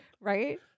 Right